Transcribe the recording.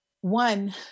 one